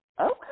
okay